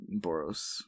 Boros